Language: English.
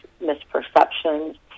misperceptions